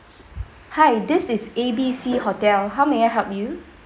hi this is A B C hotel how may I help you